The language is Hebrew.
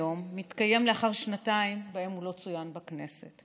היום מתקיים לאחר שנתיים שבהן הוא לא צוין בכנסת.